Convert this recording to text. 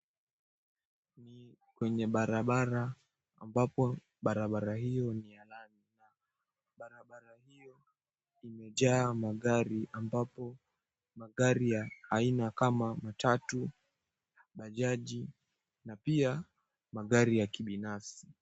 Ni kwenye barabara, ambapo barabara hio ni ya lami. Barabara hio imejaa magari ambapo magari ya aina kama matatu, bajaji, na pia magari ya kibinafsi.